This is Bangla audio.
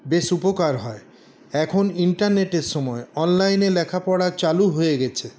বেশ উপকার হয় এখন ইন্টারনেটের সময় অনলাইনে লেখাপড়া চালু হয়ে গেছে